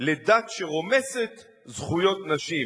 לדת שרומסת זכויות נשים.